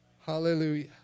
Hallelujah